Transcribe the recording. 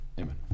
Amen